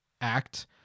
act